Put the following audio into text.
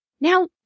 Now